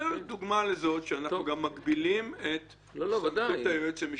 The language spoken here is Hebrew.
זו דוגמה לזה שאנחנו מגבילים את סמכות היועץ המשפטי.